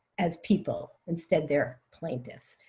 as people. instead, they're plaintiffs.